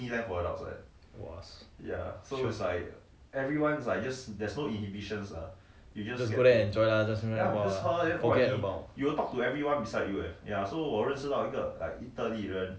!wow! play play and enjoy lah unlike singapore ah forget about